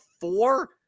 four